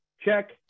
check